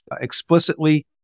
explicitly